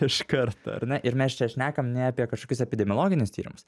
iš karto ar ne ir mes čia šnekam ne apie kažkokius epidemiologinius tyrimus